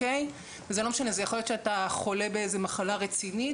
זה לא משנה יכול להיות שאתה חולה באיזו מחלה רצינית,